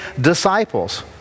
disciples